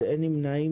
מי נמנע?